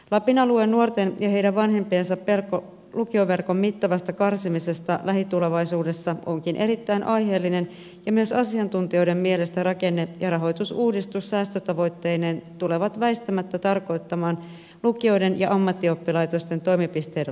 lapin alueen nuorten ja heidän vanhempiensa pelko lukioverkon mittavasta karsimisesta lähitulevaisuudessa onkin erittäin aiheellinen ja myös asiantuntijoiden mielestä rakenne ja rahoitusuudistus säästötavoitteineen tulevat väistämättä tarkoittamaan lukioiden ja ammattioppilaitosten toimipisteiden lakkauttamisia